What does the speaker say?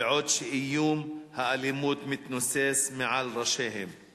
אולם במשך זמן רב מדי התמודדנו עם בעיה